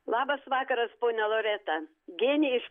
labas vakaras ponia loreta genė iš